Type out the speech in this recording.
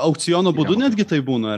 aukciono būdu netgi taip būna